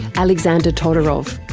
alexander todorov,